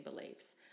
beliefs